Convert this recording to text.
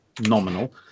nominal